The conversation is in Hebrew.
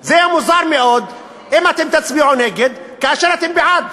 זה יהיה מוזר מאוד אם אתם תצביעו נגד כאשר אתם בעד.